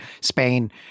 Spain